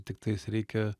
tiktais reikia